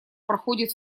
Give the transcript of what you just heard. проходит